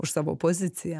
už savo poziciją